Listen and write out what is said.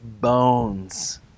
bones